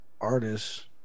artists